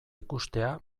ikustea